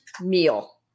meal